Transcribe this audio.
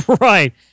Right